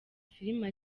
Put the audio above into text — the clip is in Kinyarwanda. filimi